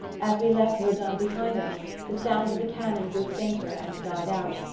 as we left verdun behind us the sound of the cannon grew fainter and died out,